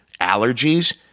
allergies